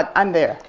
um i'm there.